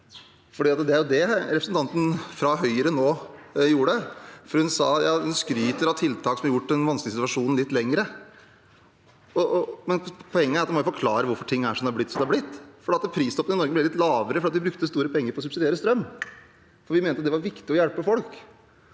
Det er jo det representanten fra Høyre nå gjorde. Hun skryter av tiltak som har gjort at den vanskeligere situasjonen varer litt lenger. Poenget er at man må forklare hvorfor ting er blitt som de er blitt. Pristoppen i Norge ble litt lavere fordi vi brukte store penger på å subsidiere strøm. Vi mente det var viktig å hjelpe folk.